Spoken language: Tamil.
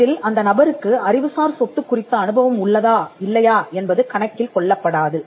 இதில் அந்த நபருக்கு அறிவுசார் சொத்து குறித்த அனுபவம் உள்ளதா இல்லையா என்பது கணக்கில் கொள்ளப்படாது